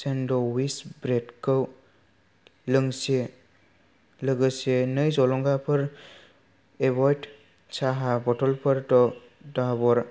sandwich ब्रेदखौ लोंसे लोगोसे नै जलंगाफोर एविट साहा बथलफोरखौ दाबर